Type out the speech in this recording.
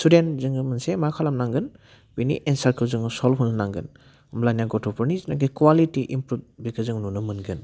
स' देन जोङो मोनसे मा खालामनांगोन बेनि एनसारखौ जोङो सल्भ होनो नांगोन होमब्लानिया गथ'फोरनि जिनाखि कवालिटि इमप्रुभ बेखौ जों नुनो मोनगोन